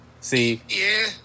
See